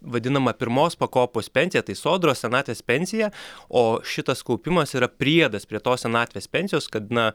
vadinamą pirmos pakopos pensiją tai sodros senatvės pensija o šitas kaupimas yra priedas prie tos senatvės pensijos kad na